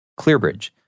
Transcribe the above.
ClearBridge